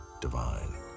divine